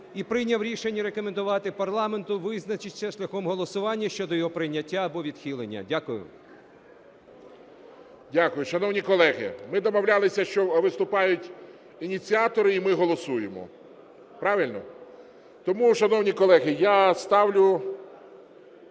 і прийняв рішення рекомендувати парламенту визначитися шляхом голосування щодо його прийняття або відхилення. Дякую. ГОЛОВУЮЧИЙ. Дякую. Шановні колеги, ми домовлялися, що виступають ініціатори – і ми голосуємо. Правильно? Тому, шановні колеги, я ставлю